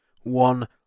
one